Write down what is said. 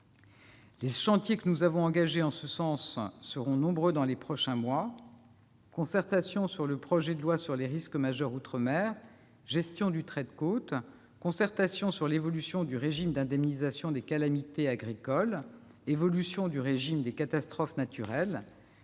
de nombreux chantiers en ce sens pour les prochains mois : concertation sur le projet de loi sur les risques majeurs outre-mer, gestion du trait de côte, concertation sur l'évolution du régime d'indemnisation des calamités agricoles, évolution du régime des catastrophes naturelles